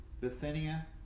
Bithynia